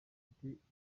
bidafite